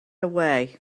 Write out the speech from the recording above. away